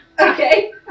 Okay